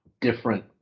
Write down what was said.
different